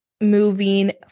moving